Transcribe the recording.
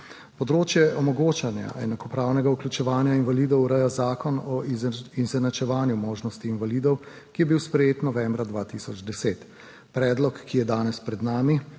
Področje omogočanja enakopravnega vključevanja invalidov ureja Zakon o izenačevanju možnosti invalidov, ki je bil sprejet novembra 2010, predlog, ki je danes pred nami,